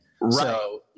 Right